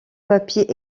papier